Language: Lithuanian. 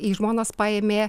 į žmonas paėmė